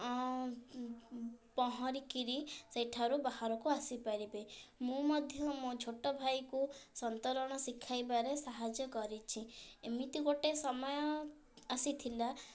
ପହଁରିକିରି ସେଠାରୁ ବାହାରକୁ ଆସିପାରିବେ ମୁଁ ମଧ୍ୟ ମୋ ଛୋଟ ଭାଇକୁ ସନ୍ତରଣ ଶିଖାଇବାରେ ସାହାଯ୍ୟ କରିଛି ଏମିତି ଗୋଟେ ସମୟ ଆସିଥିଲା